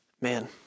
man